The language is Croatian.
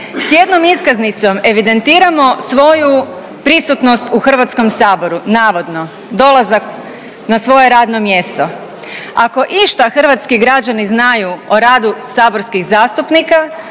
S jednom iskaznicom evidentiramo svoju prisutnost u Hrvatskom saboru, navodno dolazak na svoje mjesto. Ako išta hrvatski građani znaju o radu saborskih zastupnika